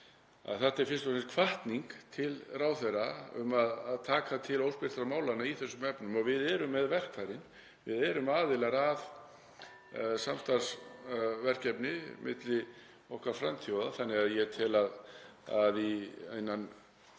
er fyrst og fremst hvatning til ráðherra um að taka til óspilltra málanna í þessum efnum. Við erum með verkfærin. Við erum aðilar að samstarfsverkefni milli okkar frændþjóða þannig að ég tel að innan